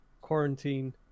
quarantine